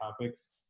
topics